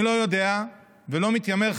אני לא יודע ולא מתיימר,